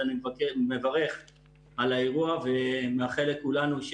אז אני מברך על האירוע ומאחל לכולנו,